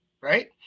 right